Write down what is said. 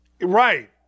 right